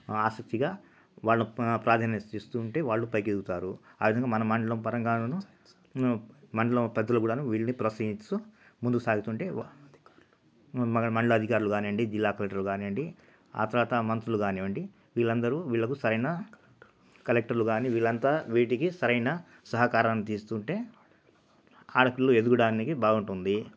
ఆసక్తిగా వాళ్ళకి ప్రాధాన్యత ఇస్తుంటే వాళ్ళు పైకి ఎదుగుతారు ఆ విధంగా మనం మండలం పరంగాను మండల పెద్దలు కూడా వీళ్ళని ప్రోత్సహిస్తూ ముందుకు సాగుతుంటే మన మండలం అధికారులు కానివ్వండి జిల్లా కలెక్టర్లు కానివ్వండి ఆ తర్వాత మనుషులు కానివ్వండి వీళ్ళందరూ వీళ్ళకు సరైన కలెక్టర్లు కాని వీళ్ళంతా వీటికి సరైన సహకారం చేస్తుంటే ఆడపిల్లలు ఎదగడానికి బాగుంటుంది